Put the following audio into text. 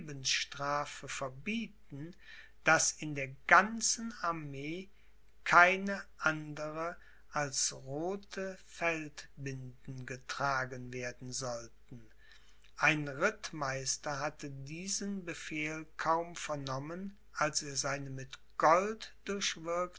lebensstrafe verbieten daß in der ganzen armee keine andere als rothe feldbinden getragen werden sollten ein rittmeister hatte diesen befehl kaum vernommen als er seine mit gold